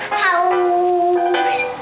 house